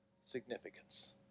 Significance